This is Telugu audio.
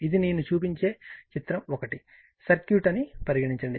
ఇది నేను చూపించే చిత్రం 1 సర్క్యూట్ అని పరిగణించండి